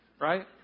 right